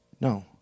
No